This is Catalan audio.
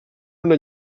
una